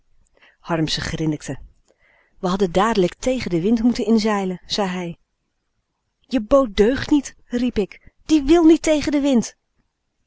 harmsen grinnikte we hadden dadelijk tegen den wind moeten inzeilen zei hij je boot deugt niet riep ik die wil niet tegen den wind